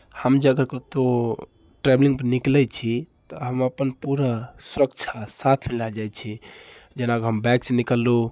हम जे अगर कतहु ट्रेवलिंगपर निकलै छी तऽ हम अपन पूरा सुरक्षा साथ लए जाइ छी जेनाकि हम बाइकसँ निकललहुँ